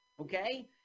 okay